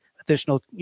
additional